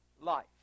life